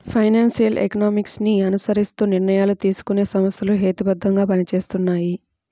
financial economics ని అనుసరిస్తూ నిర్ణయాలు తీసుకునే సంస్థలు హేతుబద్ధంగా పనిచేస్తాయి